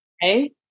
Hey